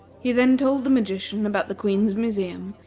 he then told the magician about the queen's museum,